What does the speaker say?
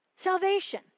Salvation